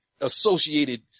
associated